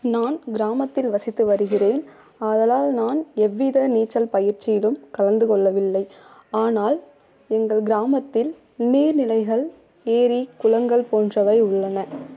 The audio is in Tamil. நான் கிராமத்தில் வசித்து வருகிறேன் ஆதலால் நான் எவ்வித நீச்சல் பயிற்சியிலும் கலந்து கொள்ளவில்லை ஆனால் எங்கள் கிராமத்தில் நீர் நிலைகள் ஏரி குளங்கள் போன்றவை உள்ளன